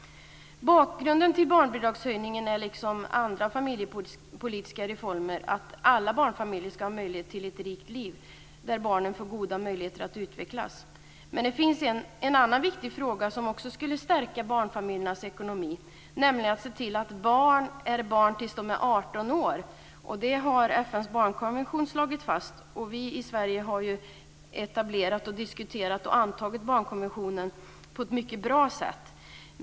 Bakgrunden till barnbidragshöjningen är, liksom andra familjepolitiska reformer, att alla barnfamiljer ska ha möjlighet till ett rikt liv där barnen får goda möjligheter att utvecklas. Men det finns en annan viktig fråga som också skulle stärka barnfamiljernas ekonomi, nämligen att se till att barn är barn tills de är 18 år. Det har FN:s barnkonvention slagit fast. Vi i Sverige har etablerat, diskuterat och antagit barnkonventionen på ett mycket bra sätt.